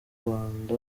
rwanda